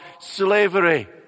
slavery